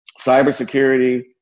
cybersecurity